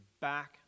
back